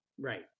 Right